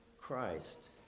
Christ